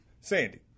Sandy